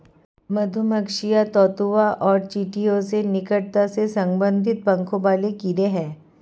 मधुमक्खियां ततैया और चींटियों से निकटता से संबंधित पंखों वाले कीड़े हैं